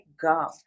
go